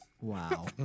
Wow